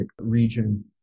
region